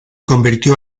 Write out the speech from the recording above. convirtió